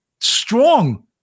strong